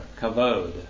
Kavod